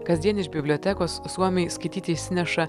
kasdien iš bibliotekos suomiai skaityti išsineša